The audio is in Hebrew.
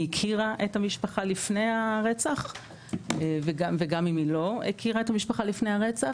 הכירה את המשפחה לפני הרצח וגם אם היא לא הכירה את המשפחה לפני הרצח.